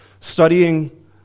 studying